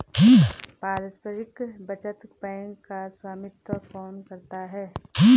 पारस्परिक बचत बैंक का स्वामित्व कौन करता है?